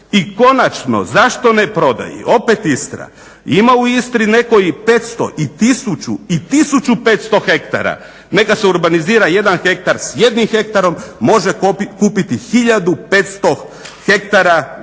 I konačno, zašto ne prodaji? Opet Istra, ima u Istri neko i 500, i 1000 i 1500 hektara, neka se urbanizira jedan hektar s jednim hektarom može kupiti 1500 hektara